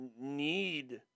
need